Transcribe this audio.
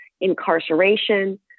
incarceration